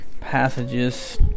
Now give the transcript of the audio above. passages